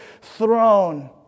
throne